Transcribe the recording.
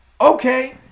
Okay